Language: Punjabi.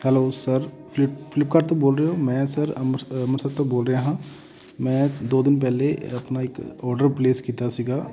ਹੈਲੋ ਸਰ ਫਲਿਪ ਫਲਿਪਕਾਰਟ ਤੋਂ ਬੋਲ ਰਹੇ ਹੋ ਮੈਂ ਸਰ ਅੰਮਰ ਅੰਮ੍ਰਿਤਸਰ ਤੋਂ ਬੋਲ ਰਿਹਾ ਹਾਂ ਮੈਂ ਦੋ ਦਿਨ ਪਹਿਲਾਂ ਆਪਣਾ ਇੱਕ ਔਡਰ ਪਲੇਸ ਕੀਤਾ ਸੀਗਾ